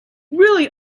really